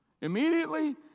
Immediately